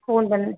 phone பண்ணி